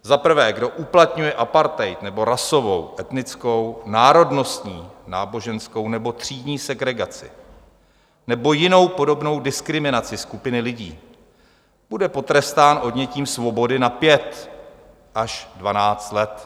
Za prvé: Kdo uplatňuje apartheid nebo rasovou, etnickou, národnostní, náboženskou nebo třídní segregaci nebo jinou podobnou diskriminaci skupiny lidí, bude potrestán odnětím svobody na pět až dvanáct let.